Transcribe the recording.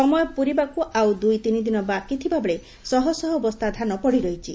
ସମୟ ପୂରିବାକୁ ଆଉ ଦୁଇ ତିନିଦିନ ବାକି ଥିବାବେଳେ ଶହ ଶହ ବସ୍ତା ଧାନ ପଡି ରହିଛି